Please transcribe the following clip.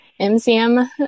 MCM